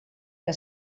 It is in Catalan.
que